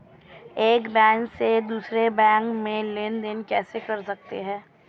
एक बैंक से दूसरे बैंक में लेनदेन कैसे कर सकते हैं?